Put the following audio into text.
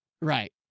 Right